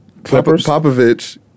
Popovich